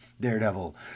Daredevil